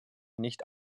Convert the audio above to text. nicht